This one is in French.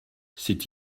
c’est